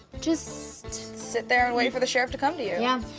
just sit there and wait for the sheriff to come to you. yeah,